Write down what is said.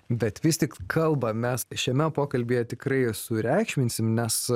bet vis tik kalbą mes šiame pokalbyje tikrai sureikšminsim nes